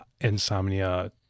insomnia